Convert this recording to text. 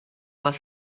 was